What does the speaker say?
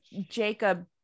Jacob